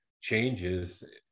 changes